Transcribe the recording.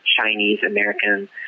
Chinese-American